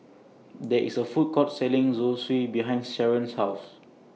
There IS A Food Court Selling Zosui behind Sheron's House